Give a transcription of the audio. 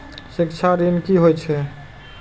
शिक्षा ऋण की होय छै?